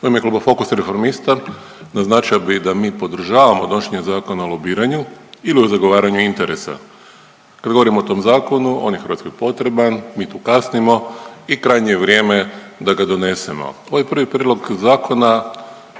U ime kluba Fokusa i Reformista naznačio bih da mi podržavamo donošenje Zakona o lobiranju ili o zagovaranju interesa. Kad govorim o tom zakonu on je Hrvatskoj potreban, mi tu kasnimo i krajnje je vrijeme da ga donesemo. Ovaj prvi prijedlog zakona